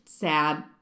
sad